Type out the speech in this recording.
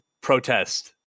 protest